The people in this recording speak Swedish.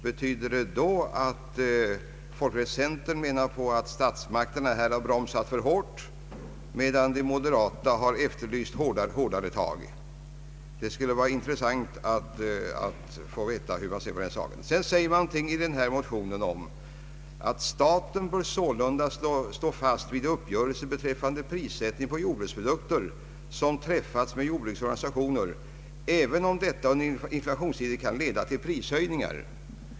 Betyder det att folkpartioch centermotionärerna menar att statsmakterna har bromsat för hårt, medan de moderata efterlyst hårdare tag? Det skulle vara intressant att få veta hur man ser på den saken. Vidare säger man i denna motion någonting om att ”staten sålunda bör stå fast vid uppgörelsen beträffande prissättning på jordbruksprodukter som träffats med jordbrukets organisationer, även om detta i inflationstider kan leda till prishöjningar”.